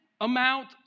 amount